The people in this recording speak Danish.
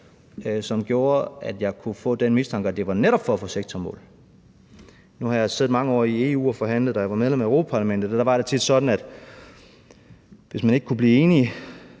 som gjorde, at jeg kunne få den mistanke, at det netop var for at få sektormål. Nu har jeg siddet mange år i EU og forhandlet, da jeg var medlem af Europa-Parlamentet. Der var det tit sådan, at hvis man ikke kunne blive enige,